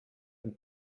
and